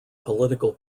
political